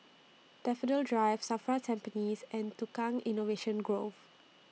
Daffodil Drive SAFRA Tampines and Tukang Innovation Grove